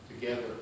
together